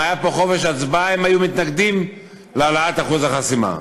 אם היה פה חופש הצבעה הם היו מתנגדים להעלאת אחוז החסימה.